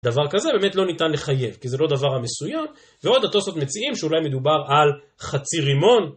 דבר כזה באמת לא ניתן לחייב כי זה לא דבר מסוים ועוד התוספות מציעים שאולי מדובר על חצי רימון